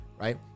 right